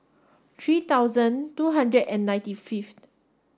three thousand two hundred and ninety fifth